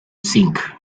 think